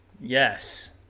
yes